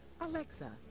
Alexa